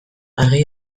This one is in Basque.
argi